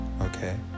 Okay